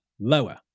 lower